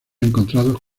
encontrados